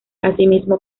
asimismo